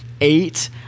eight